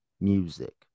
music